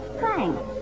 Thanks